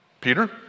Peter